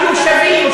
שיהיו שווים,